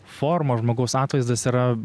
forma žmogaus atvaizdas yra